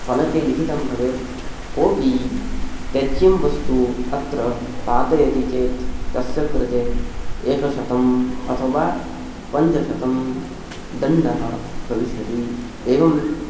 फलके लिखितं भवेत् कोपि त्याज्यं वस्तु अत्र पातयति चेत् तस्य कृते एकशतम् अथवा पञ्चशतं दण्डः भविष्यति एवं